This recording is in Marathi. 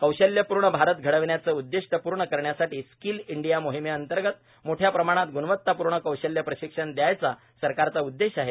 कौशल्यपूर्ण भारत घडवण्याचं उददीष्ट पूर्ण करण्यासाठी स्कील इंडिया मोहीमेअंतर्गत मोठ्या प्रमाणात ग्णवत्तापूर्ण कौशल्य प्रशिक्षण द्यायचा सरकारचा उद्देश आहे